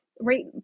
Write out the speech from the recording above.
right